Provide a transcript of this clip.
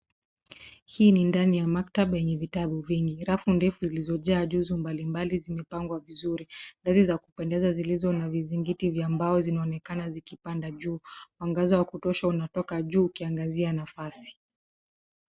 Hii ni ndani ya maktaba yenye vitabu vingi. Rafu ndefu zilizojaa juzo mbalimbali zimepangwa vizuri. Dari za kupendeza zilizo na vizingiti vya mbao zinaonekana zikipanda juu. Mwangaza wa kutosha unatoka juu ukiangazia nafasi.